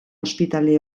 ospitale